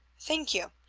thank you.